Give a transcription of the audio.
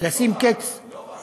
לשים קץ --- לא רק.